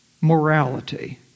Morality